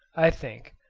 i think,